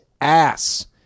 ass